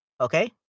Okay